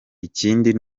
ikindi